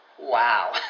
Wow